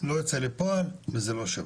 לא יצא לפועל וזה לא שווה.